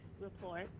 report